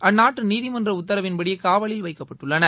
அந்நாட்டு நீதிமன்ற உத்தவின்படி காவலில் வைக்கப்பட்டுள்ளனர்